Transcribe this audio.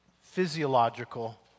physiological